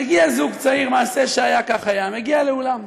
מגיע זוג צעיר, מעשה שהיה כך היה, מגיע לאולם,